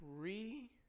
three